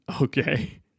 Okay